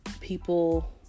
people